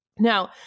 Now